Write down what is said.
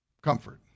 comfort